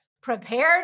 prepared